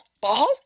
ball